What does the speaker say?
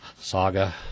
Saga